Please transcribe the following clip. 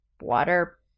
water